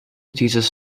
dieses